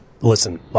listen